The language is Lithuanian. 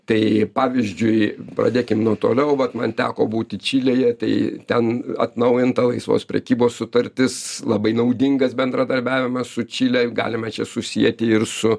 tai pavyzdžiui pradėkim nuo toliau vat man teko būti čilėje tai ten atnaujinta laisvos prekybos sutartis labai naudingas bendradarbiavimas su čile galime čia susieti ir su